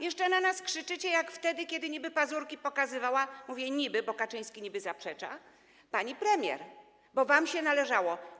Jeszcze na nas krzyczycie jak wtedy, kiedy niby-pazurki pokazywała - mówię niby, bo Kaczyński niby zaprzecza - pani premier, bo wam się należało.